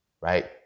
right